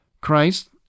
Christ